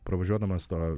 pravažiuodamas tuo